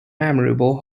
memorable